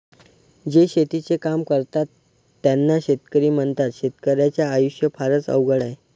जे शेतीचे काम करतात त्यांना शेतकरी म्हणतात, शेतकर्याच्या आयुष्य फारच अवघड आहे